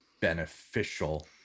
beneficial